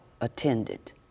attended